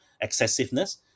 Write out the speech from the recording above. excessiveness